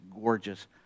gorgeous